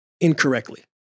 incorrectly